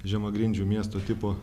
žemagrindžių miesto tipo